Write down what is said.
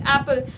Apple